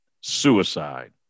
suicide